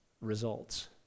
results